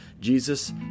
Jesus